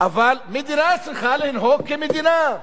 אבל מדינה צריכה לנהוג כמדינה.